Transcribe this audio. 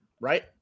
right